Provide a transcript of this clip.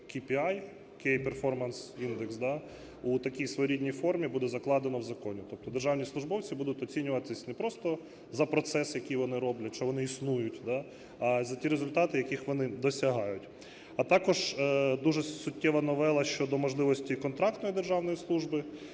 да, у такій своєрідній формі буде закладено в законі. Тобто державні службовці будуть оцінюватись не просто за процес, який вони роблять, що вони існують, да, а за ті результати, яких вони досягають. А також дуже суттєва новела щодо можливості контрактної державної служби